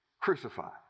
crucified